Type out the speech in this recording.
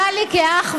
אתה לי כאח,